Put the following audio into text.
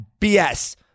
BS